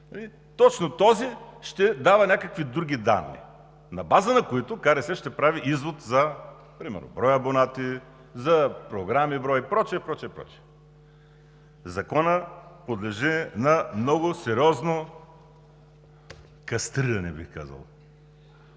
точно този ще дава някакви други данни, на базата на които КРС ще прави извод, примерно за брой абонати, за брой програми и прочие, и прочее. Законът подлежи на много сериозно кастриране, бих казал,